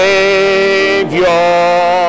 Savior